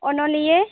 ᱚᱱᱚᱞᱤᱭᱟᱹ